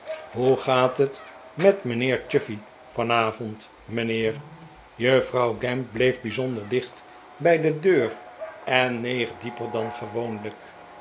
hoe gaat het met mijnheer chuffey vanavond mijnheer juffrouw gamp bleef bijzonder dicht bij de deur en neeg dieper dan gewoonlijk